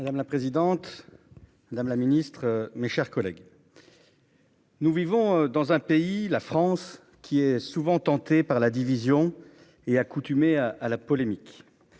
Madame la présidente. Madame la ministre, mes chers collègues.-- Nous vivons dans un pays, la France qui est souvent tenté par la division est accoutumé à à la polémique.